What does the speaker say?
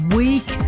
week